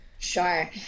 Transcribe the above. Sure